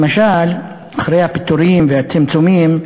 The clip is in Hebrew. למשל, אחרי הפיטורים והצמצומים,